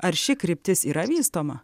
ar ši kryptis yra vystoma